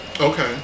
Okay